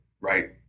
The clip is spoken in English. right